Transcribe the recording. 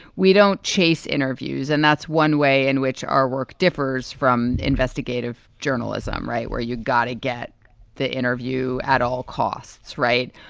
we don't chase interviews. and that's one way in which our work differs from investigative journalism. right. where you gotta get the interview at all costs. right.